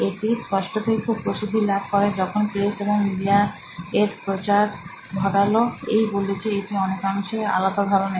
এটি স্পষ্টতই খুব প্রসিদ্ধিলাভ করে যখন প্রেস ও মিডিয়া এর প্রচার ঘটাল এই বলে যে এটি অনেকাংশেই আলাদা ধরনের